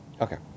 Okay